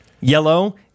Yellow